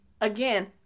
Again